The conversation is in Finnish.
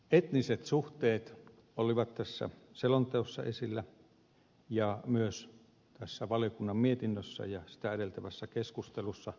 etniset suhteet olivat tässä selonteossa esillä ja myös tässä valiokunnan mietinnössä ja sitä edeltävässä keskustelussa